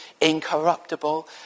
incorruptible